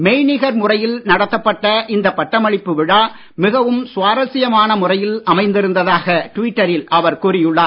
மெய்நிகர் முறையில் நடத்தப்பட்ட இந்த பட்டமளிப்பு விழா மிகவும் சுவாரஸ்யமான முறையில் அமைந்து இருந்ததாக ட்விட்டரில் அவர் கூறியுள்ளார்